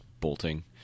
bolting